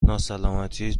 ناسلامتی